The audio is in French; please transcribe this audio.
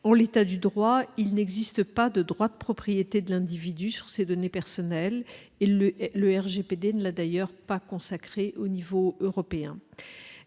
en l'état du droit, il n'existe pas de droit de propriété de l'individu sur ses données personnelles et le le RGPD ne l'a d'ailleurs pas consacré au niveau européen